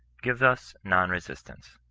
give us non-resistance.